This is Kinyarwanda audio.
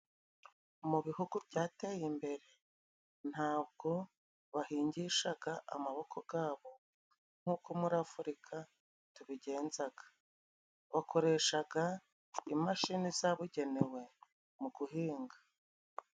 Mu bihugu byateye imbere ntabwo bahingishaga amaboko gabo nk'uko muri Afurika tubigenzaga, bakoreshaga imashini zabugenewe mu guhinga.